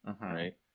right